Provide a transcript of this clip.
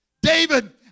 David